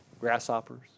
Grasshoppers